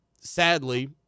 sadly